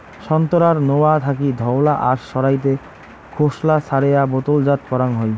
সোন্তোরার নোয়া থাকি ধওলা আশ সারাইতে খোসলা ছারেয়া বোতলজাত করাং হই